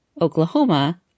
Oklahoma